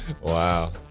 wow